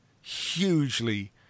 hugely